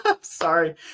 Sorry